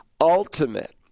ultimate